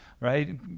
right